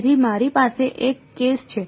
તેથી મારી પાસે એક કેસ છે